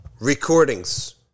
recordings